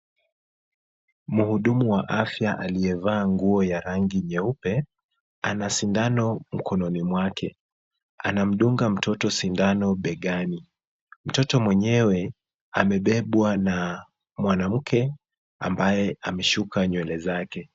Mhudumu wa afya aliyevaa nguo la rangi jeupe ana sindano mkononi mwake. Anamdunga mtoto sindano begani. Mtoto mwenyewe amebebwa na mwanamke ambaye amesuka nywele zake.